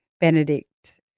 Benedict